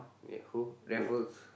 ya who Raffles